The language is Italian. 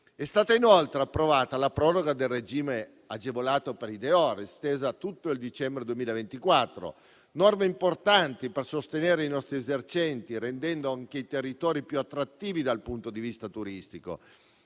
È stata inoltre approvata la proroga del regime agevolato per i *dehors* estesa a tutto il dicembre 2024. Sono norme importanti per sostenere i nostri esercenti, rendendo anche i territori più attrattivi dal punto di vista turistico.